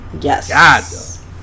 Yes